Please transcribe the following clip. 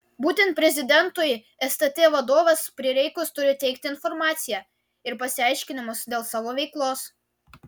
būtent prezidentui stt vadovas prireikus turi teikti informaciją ir pasiaiškinimus dėl savo veiklos